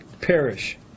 perish